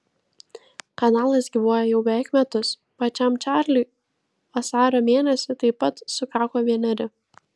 kanalas gyvuoja jau beveik metus pačiam čarliui vasario mėnesį taip pat sukako vieneri